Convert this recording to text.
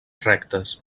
rectes